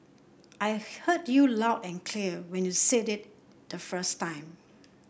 I heard you loud and clear when you said it the first time